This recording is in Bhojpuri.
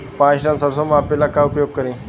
पाँच टन सरसो मापे ला का उपयोग करी?